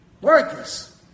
Worthless